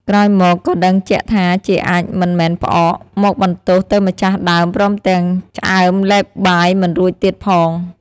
ក្រោយមកក៏ដឹងជាក់ថាជាអាចម៏មិនមែនផ្អក មកបន្ទោសទៅម្ចាស់ដើមព្រមទាំងឆ្អើមលេបបាយមិនរួចទៀតផង។